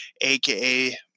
aka